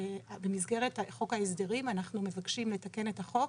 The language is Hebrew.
להגיד שבמסגרת חוק ההסדרים אנחנו מבקשים לתקן את החוק